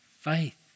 faith